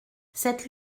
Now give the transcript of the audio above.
cette